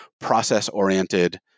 process-oriented